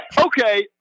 Okay